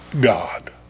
God